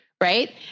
right